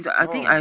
oh